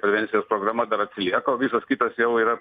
prevencijos programa dar atsilieka o visos kitos jau yra